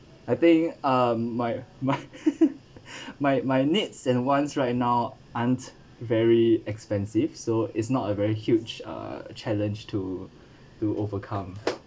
I think um my my my my needs and wants right now aren't very expensive so it's not a very huge uh challenge to to overcome